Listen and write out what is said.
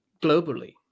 globally